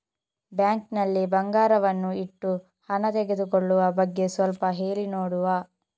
Bank ನಲ್ಲಿ ಬಂಗಾರವನ್ನು ಇಟ್ಟು ಹಣ ತೆಗೆದುಕೊಳ್ಳುವ ಬಗ್ಗೆ ಸ್ವಲ್ಪ ಹೇಳಿ ನೋಡುವ?